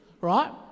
right